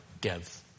give